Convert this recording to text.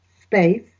space